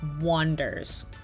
wonders